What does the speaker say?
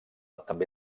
també